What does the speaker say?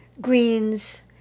greens